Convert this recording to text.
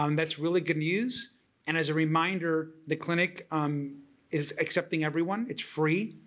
um that's really good news and as a reminder the clinic um is accepting everyone. it's free.